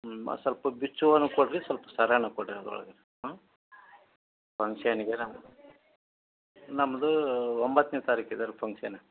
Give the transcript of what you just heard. ಹ್ಞೂ ಮತ್ತು ಸ್ವಲ್ಪ ಬಿಚ್ಚುವನು ಕೊಡಿರಿ ಸ್ವಲ್ಪ ಸರನೂ ಕೊಡಿರಿ ಅದರೊಳಗೆ ಹಾಂ ಫಂಕ್ಷನಿಗೆ ನಮ್ಗೆ ನಮ್ದು ಒಂಬತ್ತನೆ ತಾರೀಕು ಇದರ ಫಂಕ್ಷನ್